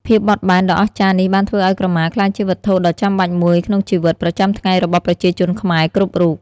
ភាពបត់បែនដ៏អស្ចារ្យនេះបានធ្វើឲ្យក្រមាក្លាយជាវត្ថុដ៏ចាំបាច់មួយក្នុងជីវិតប្រចាំថ្ងៃរបស់ប្រជាជនខ្មែរគ្រប់រូប។